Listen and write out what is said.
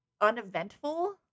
uneventful